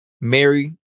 Mary